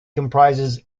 comprises